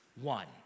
one